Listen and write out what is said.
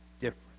different